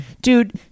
dude